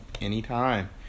Anytime